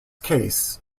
case